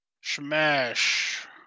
Smash